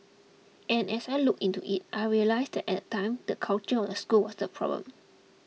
and as I looked into it I realised that at time the culture of the school was the problem